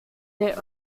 their